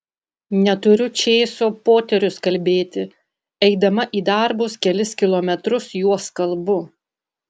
neturiu čėso poterius kalbėti eidama į darbus kelis kilometrus juos kalbu